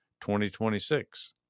2026